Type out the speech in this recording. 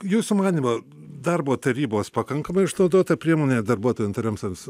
jūsų manymu darbo tarybos pakankamai išnaudota priemonė darbuotojų interesams